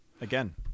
again